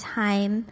time